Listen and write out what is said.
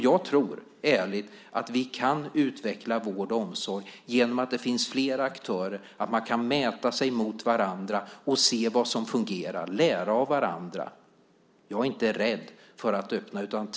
Jag tror ärligt att vi kan utveckla vård och omsorg genom att det finns fler aktörer. Då kan man mäta sig mot varandra och se vad som fungerar. Man kan lära av varandra. Jag är inte rädd för att öppna för detta.